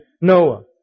Noah